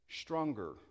stronger